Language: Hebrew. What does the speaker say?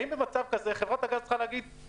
האם במצב כזה חברת הגז צריכה להגיד,